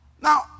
now